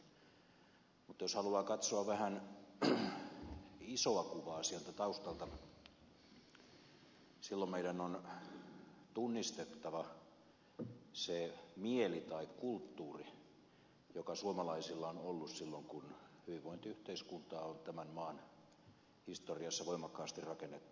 mutta jos haluaa katsoa vähän isoa kuvaa sieltä taustalta silloin meidän on tunnistettava se mieli tai kulttuuri joka suomalaisilla on ollut silloin kun hyvinvointiyhteiskuntaa on tämän maan historiassa voimakkaasti rakennettu